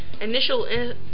initial